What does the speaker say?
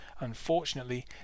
Unfortunately